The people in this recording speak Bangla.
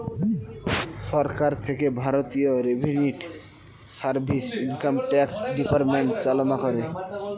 সরকার থেকে ভারতীয় revenue service, income tax department চালনা করে